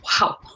wow